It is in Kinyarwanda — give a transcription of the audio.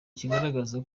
kigaragaza